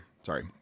Sorry